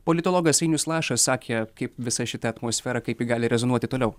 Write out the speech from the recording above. politologas ainius lašas sakė kaip visa šita atmosfera kaip ji gali rezonuoti toliau